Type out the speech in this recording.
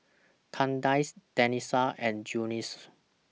Kandice Denisha and Junious